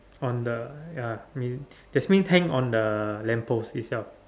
on the ya means that means hang on the lamp post itself